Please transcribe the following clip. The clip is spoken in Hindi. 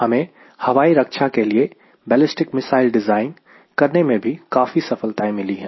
हमें हवाई रक्षा के लिए बैलिस्टिक मिसाइल डिज़ाइन करने में भी काफी सफलताएँ मिली हैं